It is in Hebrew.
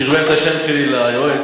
שרבב את השם שלי ליועץ.